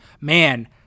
man